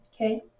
Okay